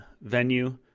venue